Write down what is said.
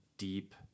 deep